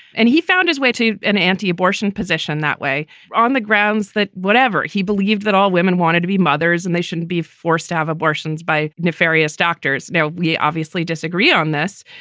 and he found his way to an anti-abortion position that way on the grounds that whatever he believed, that all women wanted to be mothers and they shouldn't be forced to have abortions by nefarious doctors. now, we obviously disagree on this,